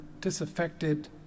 disaffected